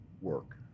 work